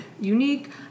unique